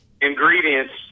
ingredients